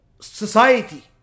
society